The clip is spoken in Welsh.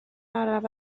araf